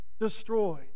destroyed